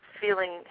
feeling